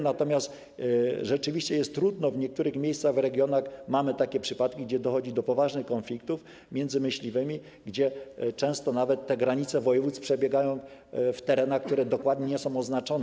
Natomiast rzeczywiście jest trudno, bo w niektórych miejscach, regionach mamy takie przypadki, gdzie dochodzi do poważnych konfliktów między myśliwymi, gdzie często nawet granice województw przebiegają na terenach, które dokładnie nie są oznaczone.